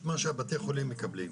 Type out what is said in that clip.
"מתגלגל,